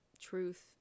truth